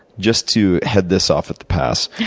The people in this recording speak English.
just to head this off with the pass,